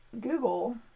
Google